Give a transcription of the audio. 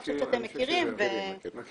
אני חושבת שאתם מכירים ו --- לא,